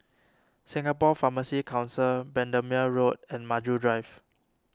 Singapore Pharmacy Council Bendemeer Road and Maju Drive